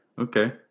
Okay